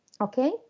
Okay